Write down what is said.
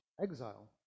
Exile